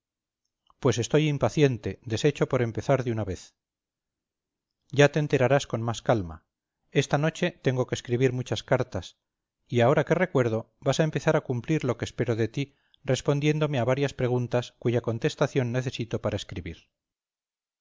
pues estoy impaciente deshecho por empezar de una vez ya te enterarás con más calma esta noche tengo que escribir muchas cartas y ahora que recuerdo vas a empezar a cumplir lo que espero de ti respondiéndome a varias preguntas cuya contestación necesito para escribir